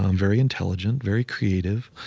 um very intelligent, very creative,